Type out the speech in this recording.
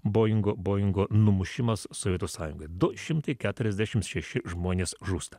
boingo boingo numušimas sovietų sąjunga du šimtai keturiasdešimt šeši žmonės žūsta